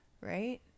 right